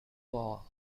wall